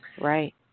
Right